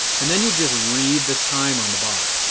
and then you just read the time on the bottom.